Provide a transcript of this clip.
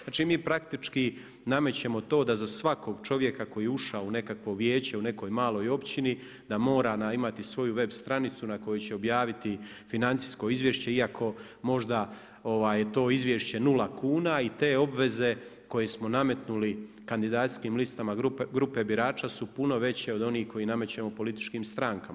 Znači mi praktički namećemo da za svakog čovjeka koji je ušao u nekakvo vijeće, u nekoj maloj općini, da mora imati svoju web-stranicu na koju će objaviti financijsko izvješće, iako možda to izvješće je nula kuna i te obveze koje smo nametnuli kandidacijskim listama grupe birača su puno veće od onih koji namećemo političkim strankama.